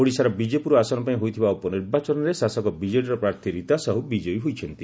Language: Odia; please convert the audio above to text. ଓଡ଼ିଶାର ବିଜେପୁର ଆସନ ପାଇଁ ହୋଇଥିବା ଉପନିର୍ବାଚନରେ ଶାସକ ବିଜେଡିର ପ୍ରାର୍ଥୀ ରୀତା ସାହୁ ବିଜୟୀ ହୋଇଛନ୍ତି